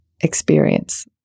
experience